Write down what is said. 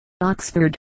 Oxford